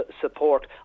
support